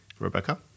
Rebecca